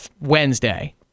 Wednesday